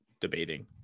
debating